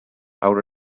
outer